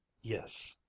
yes,